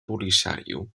polisario